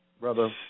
Brother